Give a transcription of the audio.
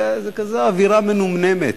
רק זו כזאת אווירה מנומנמת.